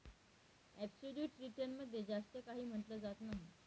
absolute return मध्ये जास्त काही म्हटलं जात नाही